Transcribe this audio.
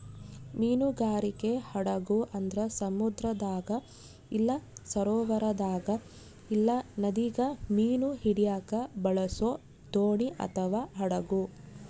ಮೀನುಗಾರಿಕೆ ಹಡಗು ಅಂದ್ರ ಸಮುದ್ರದಾಗ ಇಲ್ಲ ಸರೋವರದಾಗ ಇಲ್ಲ ನದಿಗ ಮೀನು ಹಿಡಿಯಕ ಬಳಸೊ ದೋಣಿ ಅಥವಾ ಹಡಗು